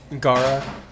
Gara